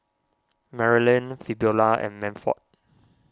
Marylin Fabiola and Manford